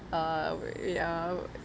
um eh ya